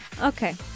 Okay